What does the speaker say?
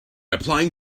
applying